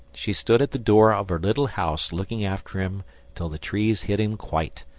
she stood at the door of her little house looking after him till the trees hid him quite.